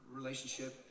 relationship